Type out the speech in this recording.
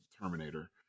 Terminator